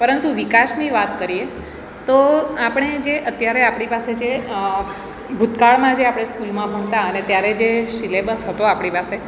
પરંતુ વિકાસની વાત કરીએ તો આપણે જે અત્યારે આપણી પાસે જે ભૂતકાળમાં જે આપણે સ્કૂલમાં ભણતા અને ત્યારે જે સિલેબસ હતો આપણી પાસે